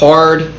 Hard